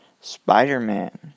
Spider-Man